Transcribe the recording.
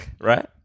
Right